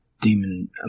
demon